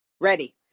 Ready